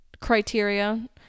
criteria